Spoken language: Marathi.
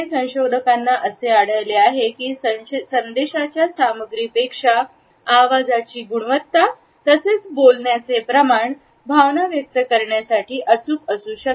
संशोधकांना असे आढळले आहे संदेशाच्या सामग्रीपेक्षा आवाजाची गुणवत्ता तसेच बोलण्याचे प्रमाण भावना व्यक्त करण्यासाठीअचूक असू शकते